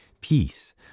peace